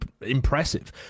impressive